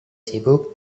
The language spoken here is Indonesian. sibuk